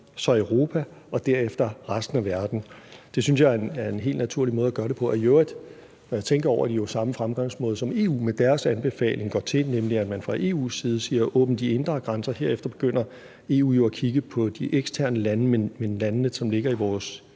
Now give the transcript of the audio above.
så Europa og derefter resten af verden. Det synes jeg er en helt naturlig måde at gøre det på, og i øvrigt når jeg tænker over det, er det jo samme fremgangsmåde, som EU med deres anbefaling går til, nemlig at man fra EU's side siger: Åbn de indre grænser. Herefter begynder EU jo at kigge på de eksterne lande, landene, som ligger i EU's